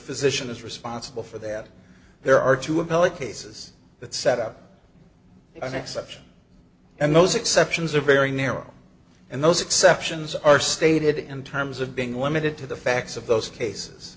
physician is responsible for that there are two appellate cases that set up an exception and those exceptions are very narrow and those exceptions are stated in terms of being limited to the facts of those cases